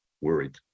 worried